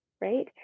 right